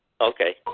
Okay